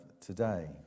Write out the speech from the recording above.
today